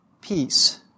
peace